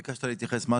ביקשת להתייחס.